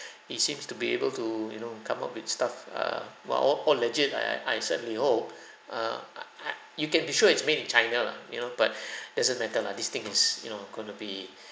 he seems to be able to you know come up with stuff err well all all legit I I suddenly oh err I I you can be sure it's made in china lah you know but doesn't matter lah this thing is you know going to be